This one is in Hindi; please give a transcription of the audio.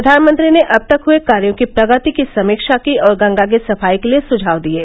प्रधानमंत्री ने अब तक हए कार्यो की प्रगति की समीक्षा की और गंगा की सफाई के लिए सुझाव दिये